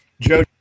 Joe